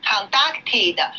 conducted